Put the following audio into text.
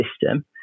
system